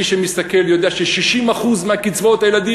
מי שמסתכל יודע ש-60% מקצבאות הילדים